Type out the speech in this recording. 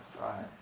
Right